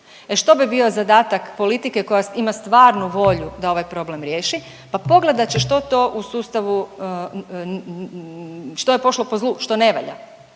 Što bi bio zadatak politike koja ima stvarnu volju da ovaj problem riješi? Pa pogledat će što to u sustavu, što je pošlo po zlu, što ne valja?